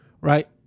right